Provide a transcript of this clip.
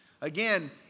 Again